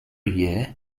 year